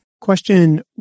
Question